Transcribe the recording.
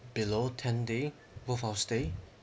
below ten day worth of stay